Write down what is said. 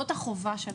זאת החובה שלנו.